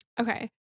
okay